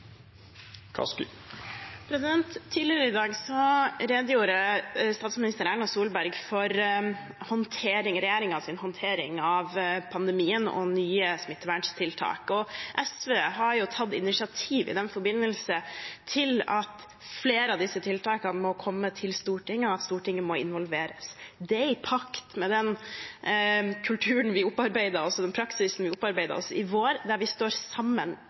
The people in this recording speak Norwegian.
Tidligere i dag redegjorde statsminister Erna Solberg for regjeringens håndtering av pandemien og nye smitteverntiltak. SV har i den forbindelse tatt initiativ til at flere av disse tiltakene må komme til Stortinget, og at Stortinget må involveres. Det er i pakt med den kulturen, den praksisen, vi opparbeidet oss i vår, om at vi står sammen